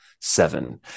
seven